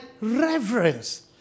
reverence